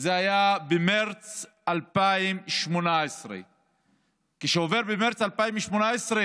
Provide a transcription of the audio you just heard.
היה במרץ 2018. אם עבר במרץ 2018,